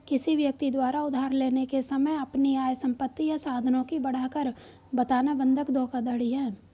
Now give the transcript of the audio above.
किसी व्यक्ति द्वारा उधार लेने के समय अपनी आय, संपत्ति या साधनों की बढ़ाकर बताना बंधक धोखाधड़ी है